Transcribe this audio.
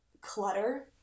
clutter